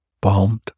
bombed